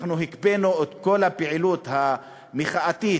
אנחנו הקפאנו את כל הפעילות המחאתית,